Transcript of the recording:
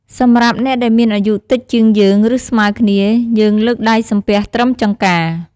សម្រាប់អ្នកដែលមានអាយុតិចជាងយើង ឬស្មើគ្នា យើងលើកដៃសំពះត្រឹមចង្កា។